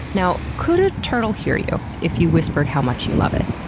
now, could a turtle hear you if you whispered how much you love it?